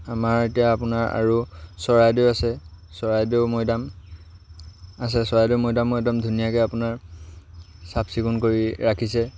আমাৰ এতিয়া আপোনাৰ আৰু চৰাইদেউ আছে চৰাইদেউ মৈদাম আছে চৰাইদেউ মৈদামো একদম ধুনীয়াকৈ আপোনাৰ চা চিকুণ কৰি ৰাখিছে